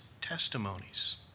testimonies